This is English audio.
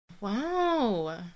Wow